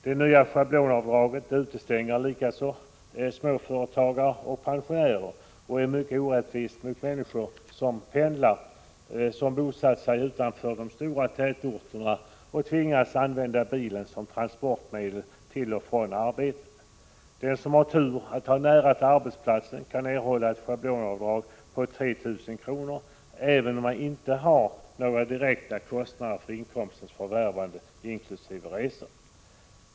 Det nya schablonavdraget utestänger likaså småföretagare och pensionärer och är mycket orättvist mot människor som pendlar, som bosatt sig utanför de stora tätorterna och tvingas använda bilen som transportmedel till och från arbetet. Den som har tur att ha nära till arbetsplatsen kan erhålla ett schablonavdrag på 3 000 kr. även om han inte har några direkta kostnader för inkomstens förvärvande inkl. resor.